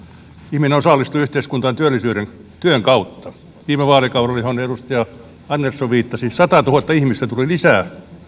ihminen osallistuu yhteiskuntaan työn kautta viime vaalikaudella johon edustaja andersson viittasi satatuhatta ihmistä tuli lisää